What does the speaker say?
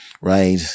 Right